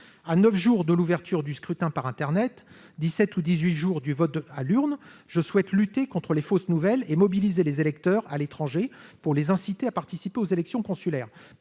À neuf jours de l'ouverture du scrutin par internet et à dix-sept ou dix-huit jours du vote à l'urne, je souhaite lutter contre les fausses nouvelles et mobiliser les électeurs à l'étranger pour les inciter à participer aux élections consulaires.